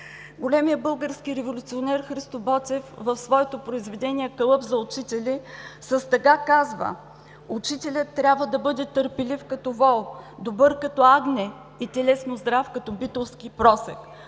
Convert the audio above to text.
Големият български революционер Христо Ботев в своето произведение „Калъп за учители“ с тъга казва: „Учителят трябва да бъде търпелив като вол, добър като агне и телесно здрав като битолски просяк“.